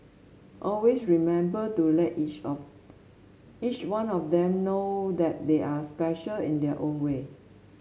always remember to let each of each one of them know that they are special in their own way